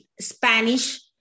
Spanish